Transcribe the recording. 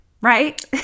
right